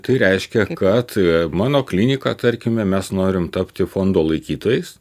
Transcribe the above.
tai reiškia kad mano klinika tarkime mes norime tapti fondo laikytojais